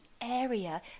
area